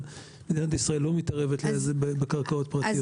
מדינת ישראל לא מתערבת בקרקעות פרטיות.